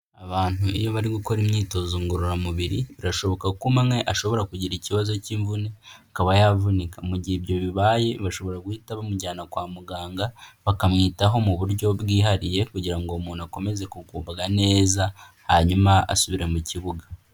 Abantu iyo bari gukora imyitozo ngororamubiri birashoboka ko umwe ashobora kugira ikibazo cy'imvune akaba yavunika, mu gihe ibyo bibaye bashobora guhita bamujyana kwa muganga bakamwitaho mu buryo bwihariye kugira ngo uwo umuntu akomeze kugubwabwa neza hanyuma asubire mu kibuga.